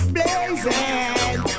Blazing